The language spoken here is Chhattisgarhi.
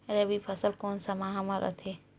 रबी फसल कोन सा माह म रथे?